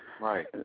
Right